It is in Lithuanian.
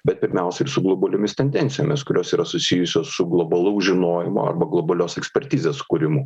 bet pirmiausia ir su globaliomis tendencijomis kurios yra susijusios su globalaus žinojimo arba globalios ekspertizės kūrimu